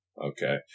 Okay